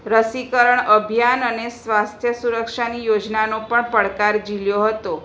રસીકરણ અભિયાન અને સ્વાસ્થ્ય સુરક્ષાની યોજનાનો પણ પડકાર ઝીલ્યો હતો